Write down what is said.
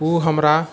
ओ हमरा